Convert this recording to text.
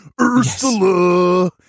Ursula